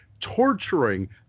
torturing